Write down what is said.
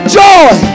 joy